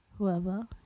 Whoever